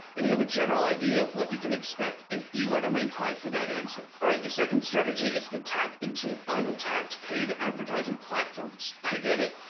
and you have a general idea of what you can expect if you were to rank high for that answer. alright, the second strategy is to tap into untapped paid advertising platforms. i get it.